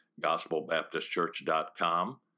gospelbaptistchurch.com